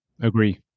agree